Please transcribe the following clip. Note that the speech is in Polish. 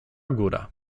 góra